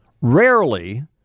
Rarely